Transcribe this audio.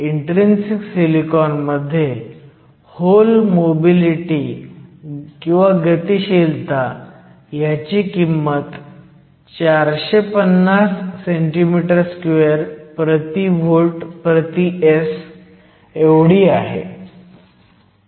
intrinsic silicon मध्ये hole mobility गतिशीलता ह्याची किंमत 450 cm2 V 1 s 1 एवढी आहे